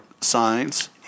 signs